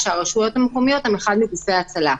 כאשר הרשויות המקומיות הן אחד מגופי ההצלה האלה.